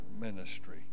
ministry